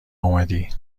اومدی